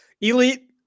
Elite